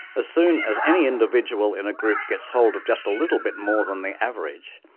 as soon as any individual in a group gets hold of just a little bit more than the average,